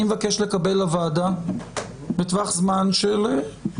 אני מבקש לקבל לוועדה בטווח זמן סביר,